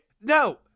No